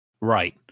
Right